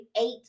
eight